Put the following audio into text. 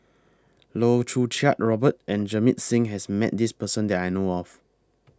Loh Choo Kiat Robert and Jamit Singh has Met This Person that I know of